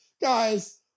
guys